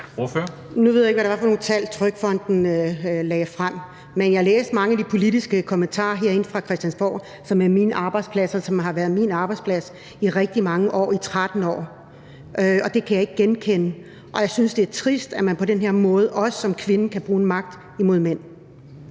Nu ved jeg ikke, hvad det er for nogle tal, TrygFonden lagde frem, men jeg har læst mange af de politiske kommentarer herinde fra Christiansborg, som er min arbejdsplads, og som har været min arbejdsplads i rigtig mange år, i 13 år, og jeg kan ikke genkende det billede. Og jeg synes, det er trist, at man – også som kvinde – kan bruge magt mod mænd